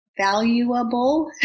valuable